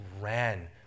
ran